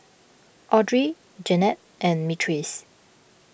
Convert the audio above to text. Audrey Janene and Myrtice